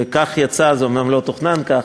זה אומנם זה לא תוכנן כך,